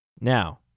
Now